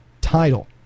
title